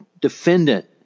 defendant